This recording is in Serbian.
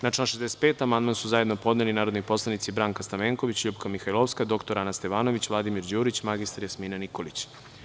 Na član 65. amandman su zajedno podneli narodni poslanici Branka Stamenković, LJupka Mihajlovska, dr Ana Stevanović, Vladimir Đurić i mr Jasmina Nikolić.